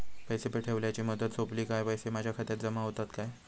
पैसे ठेवल्याची मुदत सोपली काय पैसे माझ्या खात्यात जमा होतात काय?